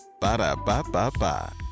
Ba-da-ba-ba-ba